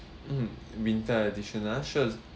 mm winter edition ah sure